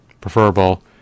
preferable